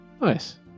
Nice